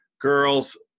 girls